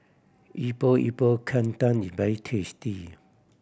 Epok Epok Kentang is very tasty